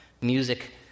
music